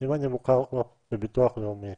אם אני מוכר בביטוח לאומי,